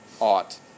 ought